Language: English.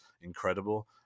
incredible